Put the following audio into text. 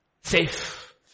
Safe